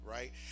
Right